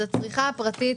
לגבי הצריכה הפרטית